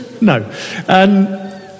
No